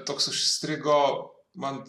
toks užstrigo man